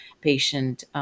patient